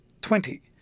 Twenty